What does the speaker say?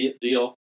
deal